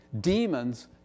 Demons